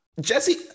Jesse